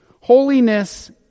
holiness